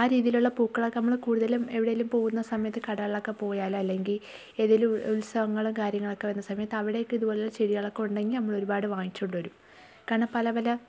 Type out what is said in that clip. ആ രീതിയിലുള്ള പൂക്കളൊക്കെ നമ്മൾ കൂടുതലും എവിടെയെങ്കിലും പോകുന്ന സമയത്ത് കടകളിലൊക്കെ പോയാൽ അല്ലെങ്കിൽ ഏതെങ്കിലും ഉൽ ഉത്സവങ്ങളും കാര്യങ്ങളൊക്കെ വരുന്ന സമയത്ത് അവിടെയൊക്കെ ഇതുപോലുള്ള ചെടികളൊക്കെ ഉണ്ടെങ്കിൽ നമ്മൾ ഒരുപാട് വാങ്ങിച്ചുകൊണ്ട് വരും കാരണം പല പല